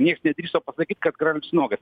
nieks nedrįso pasakyti kad karalius nuogas